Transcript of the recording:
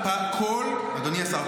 הפתרון ------ אדוני השר,